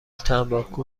تنباکو